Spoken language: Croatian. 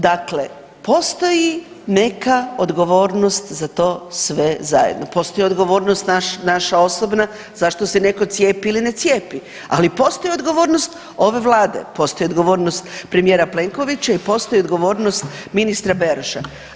Dakle, postoji neka odgovornost za to sve zajedno, postoji odgovornost naša osobna zašto se neko cijepi ili ne cijepi, ali postoji odgovornost ove vlade, postoji odgovornost premijera Plenkovića i postoji odgovornost ministra Beroša.